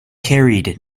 carried